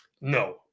no